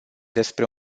despre